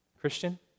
Christian